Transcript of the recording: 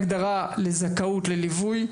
הגדרה לזכאות לליווי,